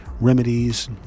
remedies